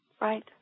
Right